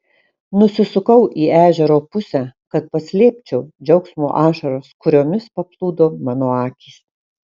nusisukau į ežero pusę kad paslėpčiau džiaugsmo ašaras kuriomis paplūdo mano akys